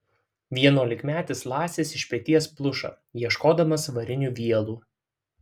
vienuolikmetis lacis iš peties pluša ieškodamas varinių vielų